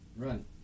Run